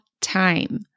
time